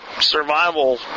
survival